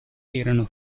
erano